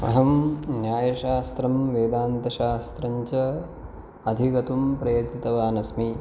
अहं न्यायशास्त्रं वेदान्तशास्त्रञ्च अधिगतुं प्रयतितवानस्मि